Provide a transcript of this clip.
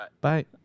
Bye